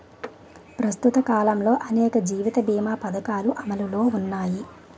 ప్రస్తుత కాలంలో అనేక జీవిత బీమా పధకాలు అమలులో ఉన్నాయి